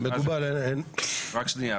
רק שנייה,